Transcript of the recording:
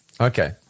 Okay